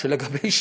ל"ג בעומר זה היום.